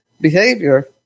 behavior